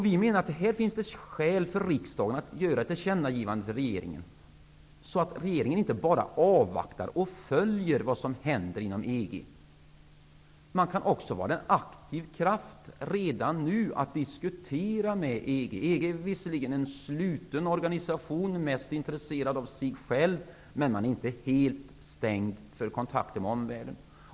Vi menar att här finns det skäl för riksdagen att göra ett tillkännagivande till regeringen, så att regeringen inte bara avvaktar och följer vad som händer inom EG. Man kan också vara en aktiv kraft redan nu och diskutera med EG. EG är visserligen en sluten organisation, mest intresserad av sig själv, men den är inte helt stängd för kontakter med omvärlden.